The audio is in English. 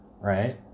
right